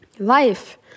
Life